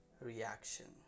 reaction